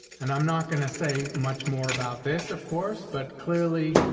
and i'm not gonna say much more about this, of course, but clearly,